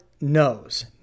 knows